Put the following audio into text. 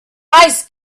ice